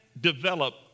develop